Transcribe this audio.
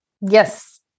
Yes